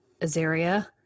Azaria